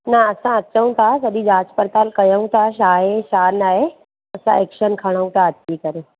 न असां अचूं था सॼी जाच पड़ताल कयूं था छा आहे छा नाहे असां एक्शन खणूं था अची करे